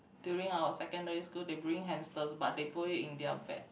during our secondary school they bring hamsters but they put it in their bag